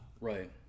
right